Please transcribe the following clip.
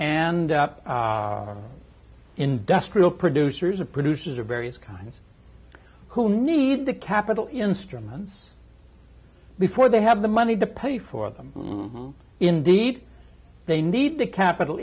and industrial producers of producers of various kinds who need the capital instruments before they have the money to pay for them indeed they need the capital